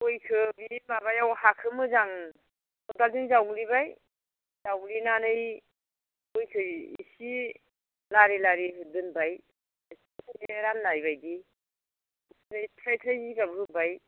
गयखौ बिनि माबायाव हाखौ मोजां खदालजों जावग्लिबाय जावग्लिनानै गयखौ एसे लारि लारि दोनबाय राननाय बायदि ओमफ्राय थ्राइ थ्राइ जिगाब होबाय